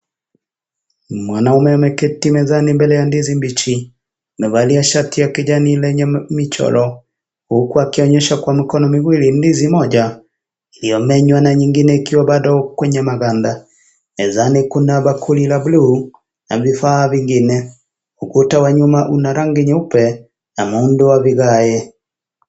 Mwanaume ameketi mezani mbele ya ndizi mbichi, amevalia shati ya kijani lenye michoro, huku akionyesha kwa mikono miwili ndizi moja, iliyomenywa na nyingine ikiwa bado kwenye maganda. Mezani kuna bakuli la buluu na vifaa vingine. Ukuta wa nyuma una rangi nyeupe na muundo wa vigae.